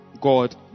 God